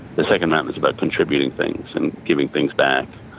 the second mountain is about contributing things and giving things back.